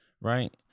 right